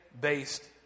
based